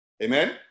Amen